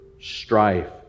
strife